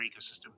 ecosystem